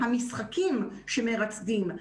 המשחקים שמרצדים,